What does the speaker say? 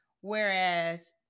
whereas